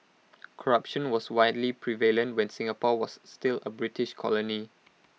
corruption was widely prevalent when Singapore was still A British colony